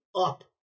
up